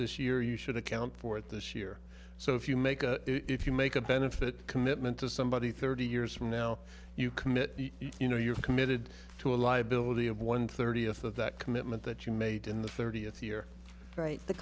this year you should account for it this year so if you make a if you make a benefit commitment to somebody thirty years from now you commit you know you've committed to a liability of one thirtieth of that commitment that you made in the thirtieth year write the